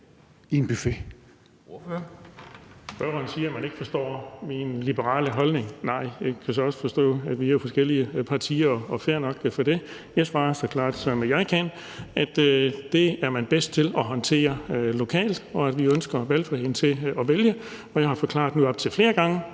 Spørgeren siger, at man ikke forstår min liberale holdning. Nej, og jeg kan så også forstå, at vi er forskellige partier, og det er fair nok. Men jeg svarer så klart, som jeg kan, at det er man bedst til at håndtere lokalt, og at vi ønsker valgfriheden til at vælge, og jeg har forklaret nu op til flere gange